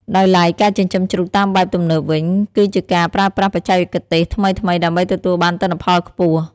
ដោយឡែក ការចិញ្ចឹមជ្រូកតាមបែបទំនើបវិញ គឺជាការប្រើប្រាស់បច្ចេកទេសថ្មីៗដើម្បីទទួលបានទិន្នផលខ្ពស់។